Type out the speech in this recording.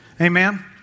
amen